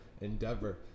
endeavor